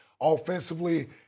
offensively